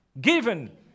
given